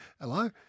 hello